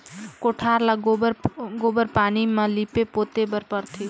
कोठार ल गोबर पानी म लीपे पोते बर परथे